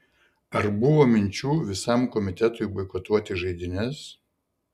ar buvo minčių visam komitetui boikotuoti žaidynes